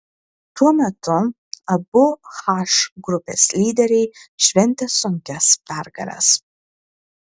tuo metu abu h grupės lyderiai šventė sunkias pergales